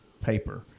paper